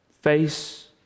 face